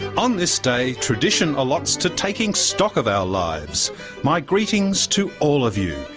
um this day tradition allots to taking stock of our lives my greetings to all of you,